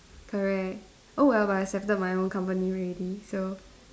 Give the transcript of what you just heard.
correct oh well but I accepted my own company already so